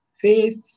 faith